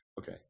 Okay